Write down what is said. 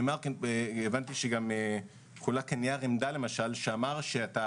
הבנתי שחולק כאן נייר עמדה שאמר שאתה